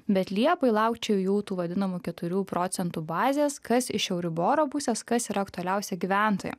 bet liepai laukčiau jų tų vadinamų keturių procentų bazės kas iš euriboro pusės kas yra aktualiausia gyventojui